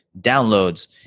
downloads